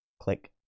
click